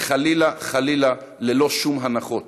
וחלילה חלילה ללא שום הנחות.